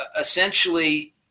essentially